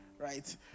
right